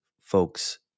folks